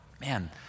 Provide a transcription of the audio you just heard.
man